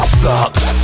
sucks